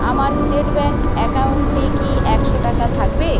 আমার state bank অ্যাকাউন্টে কি একশো টাকা থাকবে